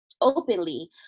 openly